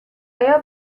آیا